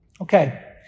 Okay